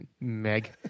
Meg